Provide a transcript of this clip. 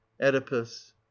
oedipus